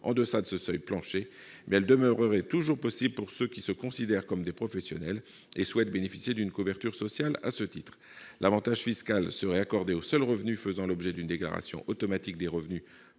en deçà de ce seuil plancher, mais elle demeurerait toujours possible pour ceux qui se considèrent comme des professionnels et souhaitent bénéficier d'une couverture sociale à ce titre. L'avantage fiscal serait accordé aux seuls revenus faisant l'objet d'une déclaration automatique des revenus